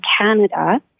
Canada